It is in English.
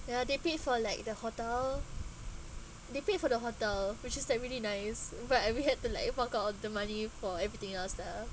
ya they paid for like the hotel they paid for the hotel which is that really nice but I already had to like uh fork out all the money for everything else lah